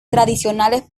tradicionales